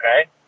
Okay